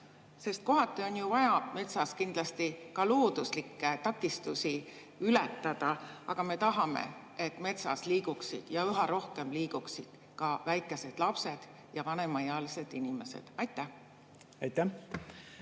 Sest kohati on ju vaja metsas kindlasti ka looduslikke takistusi ületada, aga me tahame, et metsas liiguksid üha rohkem ka väikesed lapsed ja vanemaealised inimesed. Aitäh!